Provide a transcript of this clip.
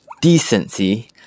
Decency